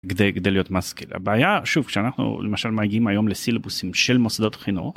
כדי כדי להיות מסכים הבעיה שוב כשאנחנו למשל מגיעים היום לסילובוסים של מוסדות חינוך.